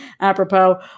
apropos